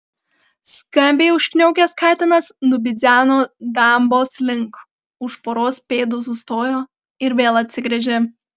skambiai užkniaukęs katinas nubidzeno dambos link už poros pėdų sustojo ir vėl atsigręžė